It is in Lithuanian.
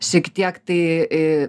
šiek tiek tai